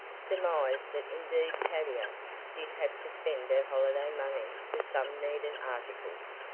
surmised that indeed tavia did have to spend her holiday money for some needed articles.